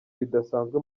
bidasanzwe